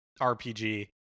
RPG